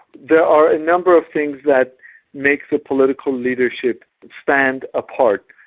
there are a number of things that makes a political leadership stand apart.